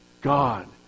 God